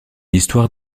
histoire